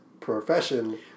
Profession